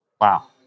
Wow